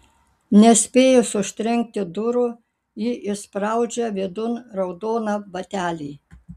nespėjus užtrenkti durų ji įspraudžia vidun raudoną batelį